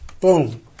Boom